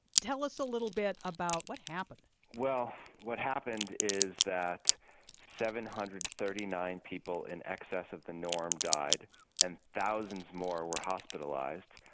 tell us a little bit about what happened well what happened is that seven hundred and thirty nine people in excess of the norm died and thousands more were hospitalized.